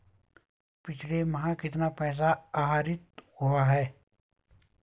पिछले माह कितना पैसा आहरित हुआ है?